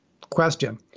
question